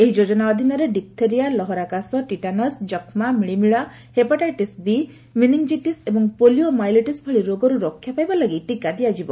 ଏହି ଯୋଜନା ଅଧୀନରେ ଡିପ୍ଥେରିଆ ଲହରା କାଶ ଟିଟାନସ୍ ଯକ୍ଷ୍ମା ମିଳିମିଳା ହେପାଟାଇଟିସ୍ ବି ମିନିଙ୍ଗ୍ଜିଟିସ୍ ଏବଂ ପୋଲିଓମାଇଲିଟିସ୍ ଭଳି ରୋଗରୁ ରକ୍ଷା ପାଇବା ଲାଗି ଟୀକା ଦିଆଯିବ